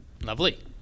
Lovely